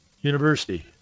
University